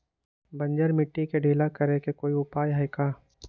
बंजर मिट्टी के ढीला करेके कोई उपाय है का?